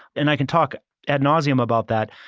and i can talk ad nauseum about that,